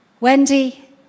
Wendy